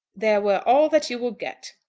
there were all that you will get.